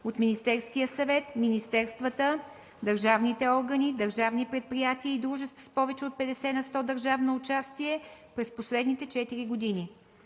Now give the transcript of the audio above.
от Министерския съвет, министерствата, държавните органи, държавни предприятия и дружества с повече от 50 на сто държавно участие през последните 4 години.